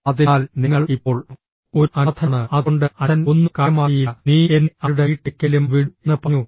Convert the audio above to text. അതിനാൽ നിങ്ങൾ ഇപ്പോൾ ഒരു അനാഥനാണ് അതുകൊണ്ട് അച്ഛൻ ഒന്നും കാര്യമാക്കിയില്ല നീ എന്നെ അവരുടെ വീട്ടിലേക്കെങ്കിലും വിടൂ എന്ന് പറഞ്ഞു